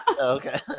okay